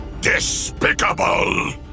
Despicable